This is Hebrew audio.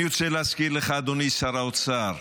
אני רוצה להזכיר לך, אדוני שר האוצר,